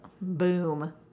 Boom